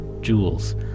jewels